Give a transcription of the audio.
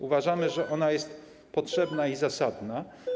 Uważamy, że ona jest potrzebna i zasadna.